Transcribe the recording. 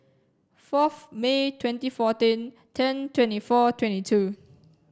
fourth May twenty fourteen ten twenty four twenty two